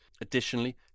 Additionally